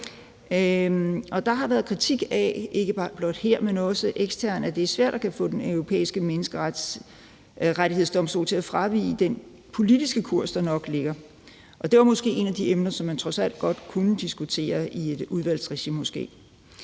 der har været kritik af, ikke blot her, men også eksternt, at det er svært at få Den Europæiske Menneskerettighedsdomstol til at fravige den politiske kurs, der nok ligger. Og det var måske et af de emner, som man trods alt godt kunne diskutere i et udvalgsregi,